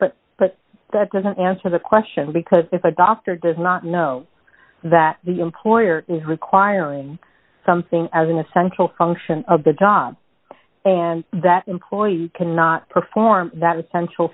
butt but that doesn't answer the question because if a doctor does not know that the employer is requiring something as an essential function of the job and that employee cannot perform that essential